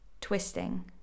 Twisting